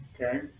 Okay